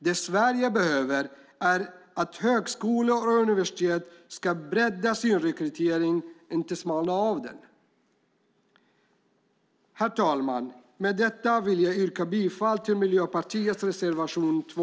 Det Sverige behöver är att högskolor och universitet ska bredda sin rekrytering, inte smalna av den. Herr talman! Med detta yrkar jag bifall till Miljöpartiets reservation 2.